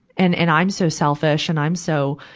and, and i'm so selfish and i'm so,